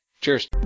cheers